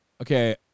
Okay